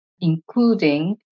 including